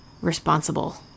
responsible